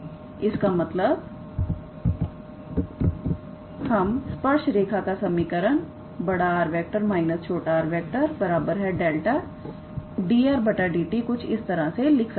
तो इसका मतलब हम स्पर्श रेखा का समीकरण 𝑅⃗ − 𝑟⃗ 𝜆 𝑑𝑟⃗ 𝑑𝑡 कुछ इस तरह से लिख सकते है